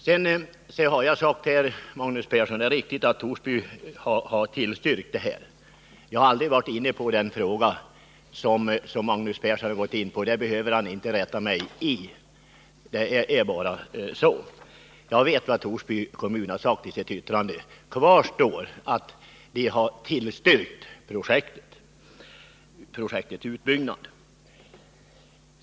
För det andra har jag sagt här — och det är riktigt, Magnus Persson — att Torsby kommun har tillstyrkt projektet. Jag har däremot aldrig varit inne på den fråga som Magnus Persson har gått in på nu. Där behöver han inte rätta mig — det är bara så. Jag vet vad Torsby kommun har anfört i sitt yttrande. Kvar står emellertid att kommunen har tillstyrkt projektets utbyggnad.